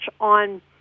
on